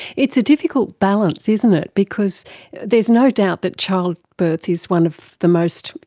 it's a difficult balance, isn't it, because there is no doubt that childbirth is one of the most,